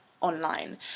online